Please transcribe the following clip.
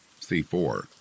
C4